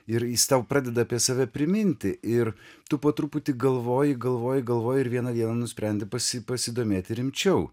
ir jis tau pradeda apie save priminti ir tu po truputį galvoji galvoji galvoji ir vieną dieną nusprendi pasi pasidomėti rimčiau